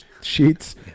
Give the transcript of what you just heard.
sheets